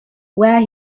where